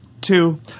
two